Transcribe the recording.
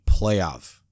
playoff